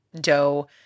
dough